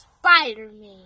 Spider-Man